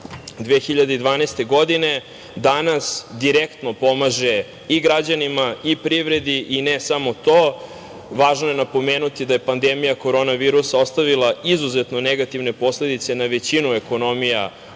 2012. godine, danas direktno pomaže i građanima i privredi, i ne samo to. Važno je napomenuti da je pandemija korona virusa ostavila izuzetno negativne posledice na većinu ekonomija